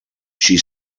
she